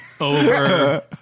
over